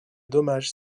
dommages